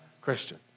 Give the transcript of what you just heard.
Christian